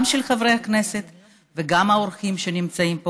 גם בחברי הכנסת וגם באורחים שנמצאים פה.